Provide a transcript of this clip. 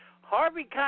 Harvey